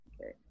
okay